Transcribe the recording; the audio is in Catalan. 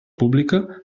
pública